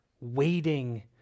waiting